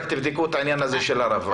רק תבדקו את העניין הזה של הרב, בבקשה.